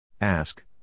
Ask